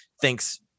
thanks